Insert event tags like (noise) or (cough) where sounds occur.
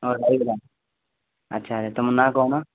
ହଁ (unintelligible) ଆଚ୍ଛା ଆଚ୍ଛା ତୁମ ନାଁ କହୁନ